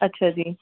ਅੱਛਾ ਜੀ